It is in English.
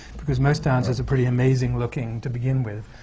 because most dancers are pretty amazing-looking to begin with.